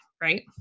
right